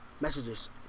messages